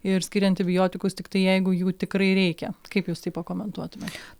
ir skiria antibiotikus tiktai jeigu jų tikrai reikia kaip jūs tai pakomentuotumėt